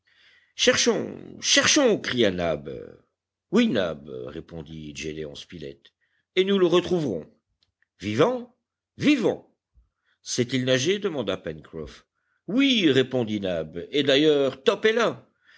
cherchons cherchons cria nab oui nab répondit gédéon spilett et nous le retrouverons vivant vivant sait-il nager demanda pencroff oui répondit nab et d'ailleurs top est là